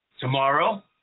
Tomorrow